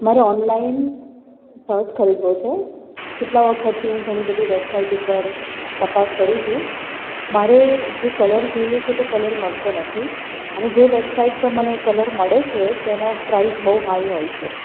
મારે online shirt ખરીદવો છે કેટલા વખતથી હું ઘણી બધી વેબસાઇટ ઉપર તપાસ કરું છું મારે જે કલર જોઈએ છે તે કલર મળતો નથી અને જે વેબસાઇટ પર મને કલર મળે છે તેનો પ્રાઈઝ બહુ હાઇ હોય છે